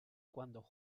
cuando